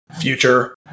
future